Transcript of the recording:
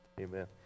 Amen